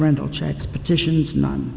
rental checks petitions non